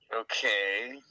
Okay